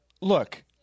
Look